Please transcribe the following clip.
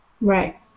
Right